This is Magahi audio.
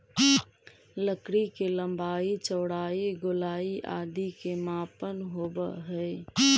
लकड़ी के लम्बाई, चौड़ाई, गोलाई आदि के मापन होवऽ हइ